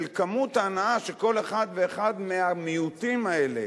של כמות ההנאה שכל אחד ואחד מהמיעוטים האלה